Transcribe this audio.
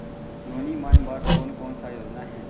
नोनी मन बर कोन कोन स योजना हे?